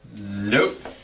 Nope